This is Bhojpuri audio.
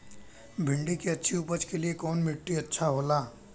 भिंडी की अच्छी उपज के लिए कवन मिट्टी अच्छा होला?